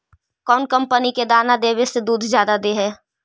कौन कंपनी के दाना देबए से दुध जादा दे है?